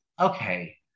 okay